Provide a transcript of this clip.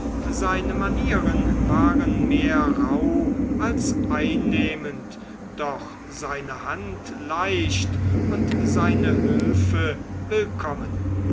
seine manieren waren mehr rauh als einnehmend doch seine hand leicht und seine hülfe willkommen